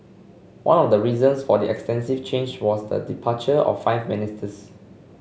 one of the reasons for the extensive change was the departure of five ministers